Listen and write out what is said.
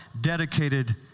dedicated